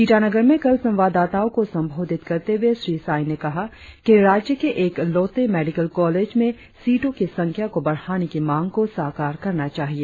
ईटानगर में कल संवाददाताओं को संबोधित करते हुए श्री साई ने कहा कि राज्य के एक लौटे मेडिकल कॉलेज में सीटों की संख्या को बढ़ाने की मांग को साकार करना चाहिए